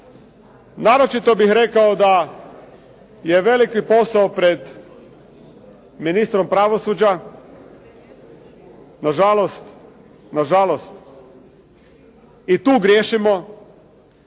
Naročito bih rekao da je veliki posao pred ministrom pravosuđa. Nažalost, nažalost i tu griješimo.